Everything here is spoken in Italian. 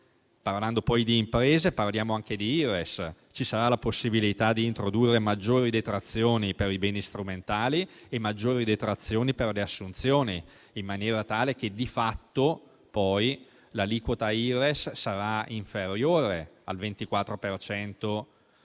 proposito di imprese, parliamo anche di Ires: ci sarà la possibilità di introdurre maggiori detrazioni per i beni strumentali e maggiori detrazioni per le assunzioni, in maniera tale che di fatto l'aliquota Ires sarà inferiore al 24